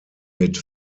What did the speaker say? mit